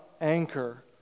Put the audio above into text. anchor